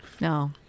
No